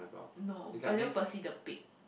no I know Percy the pig